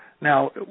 Now